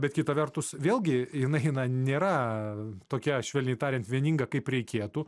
bet kita vertus vėlgi jinai na nėra tokia švelniai tariant vieninga kaip reikėtų